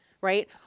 right